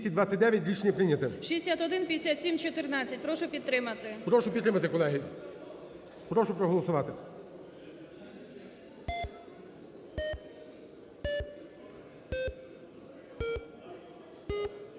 Прошу підтримати, колеги, прошу проголосувати.